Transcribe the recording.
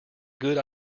good